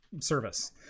service